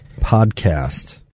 podcast